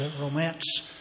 romance